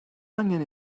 angen